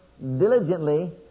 diligently